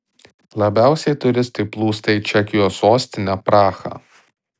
labiausiai turistai plūsta į čekijos sostinę prahą